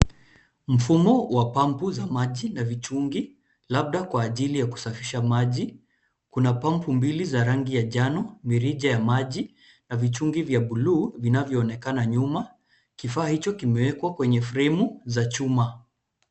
Mfumo wa pampu za maji na vichungi labda kwa ajili ya kusafisha maji. Kuna pampu mbili za rangi ya njano, mirija ya maji na vichungi vya buluu vinavyoonekana nyuma. Kifaa hicho kimewekwa kwenye fremu za chuma.